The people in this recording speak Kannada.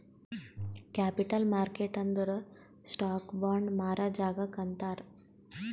ಕ್ಯಾಪಿಟಲ್ ಮಾರ್ಕೆಟ್ ಅಂದುರ್ ಸ್ಟಾಕ್, ಬಾಂಡ್ ಮಾರಾ ಜಾಗಾಕ್ ಅಂತಾರ್